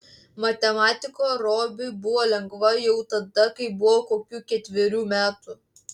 matematika robiui buvo lengva jau tada kai buvo kokių ketverių metų